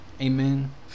Amen